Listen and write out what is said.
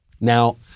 Now